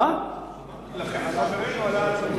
לכן חברנו עלה על הדוכן.